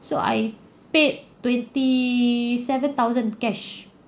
so I paid twenty seven thousand cash